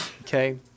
okay